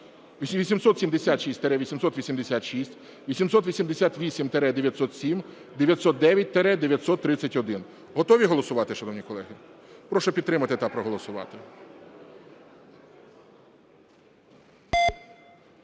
876-886, 888-907, 909-931. Готові голосувати шановні колеги? Прошу підтримати та проголосувати.